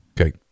Okay